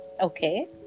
okay